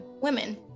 women